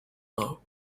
now